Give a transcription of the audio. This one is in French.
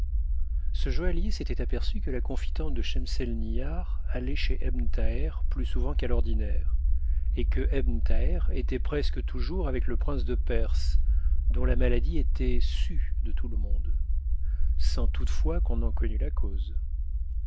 ce joaillier s'était aperçu que la confidente de schemselnihar allait chez ebn thaher plus souvent qu'à l'ordinaire et que ebn thaher était presque toujours avec le prince de perse dont la maladie était sue de tout le monde sans toutefois qu'on en connût la cause